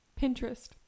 Pinterest